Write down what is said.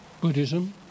Buddhism